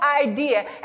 idea